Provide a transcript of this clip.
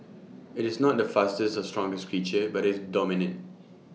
IT is not the fastest or strongest creature but it's dominant